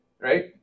right